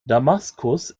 damaskus